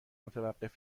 متوقف